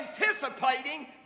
anticipating